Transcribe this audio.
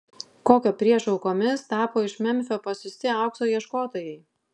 kokio priešo aukomis tapo iš memfio pasiųsti aukso ieškotojai